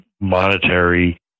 monetary